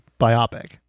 biopic